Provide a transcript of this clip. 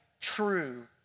true